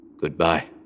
goodbye